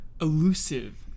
elusive